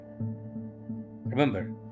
Remember